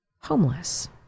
homeless